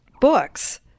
books